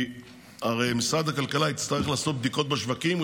כי הרי משרד הכלכלה יצטרך לעשות בדיקות בשווקים,